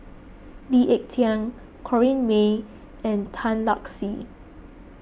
Lee Ek Tieng Corrinne May and Tan Lark Sye